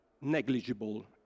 negligible